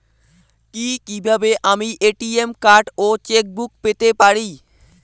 কি কিভাবে আমি এ.টি.এম কার্ড ও চেক বুক পেতে পারি?